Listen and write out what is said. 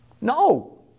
no